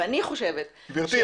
גברתי,